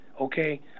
okay